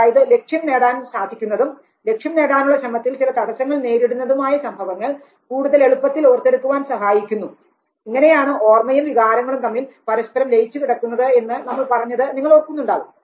അതായത് ലക്ഷ്യം നേടാൻ സാധിക്കുന്നതും ലക്ഷ്യം നേടാനുള്ള ശ്രമത്തിൽ ചില തടസ്സങ്ങൾ നേരിടുന്നതും ആയ സംഭവങ്ങൾ കൂടുതൽ എളുപ്പത്തിൽ ഓർത്തെടുക്കുവാൻ സഹായിക്കുന്നു ഇങ്ങനെയാണ് ഓർമ്മയും വികാരങ്ങളും തമ്മിൽ പരസ്പരം ലയിച്ച് കിടക്കുന്നത് എന്ന് നമ്മൾ പറഞ്ഞത് നിങ്ങൾ ഓർക്കുന്നുണ്ടാവും